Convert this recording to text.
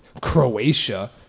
Croatia